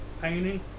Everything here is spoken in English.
painting